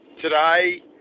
Today